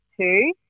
two